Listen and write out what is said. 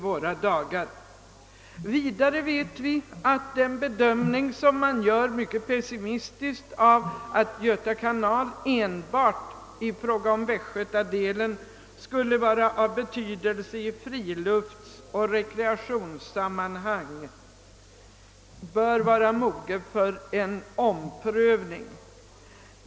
Vidare vet vi, att den mycket pessimistiska bedömningen att Göta kanals västgötadel skulle vara av betydelse enbart i friluftsoch rekreationssammanhang bör vara mogen för omprövning.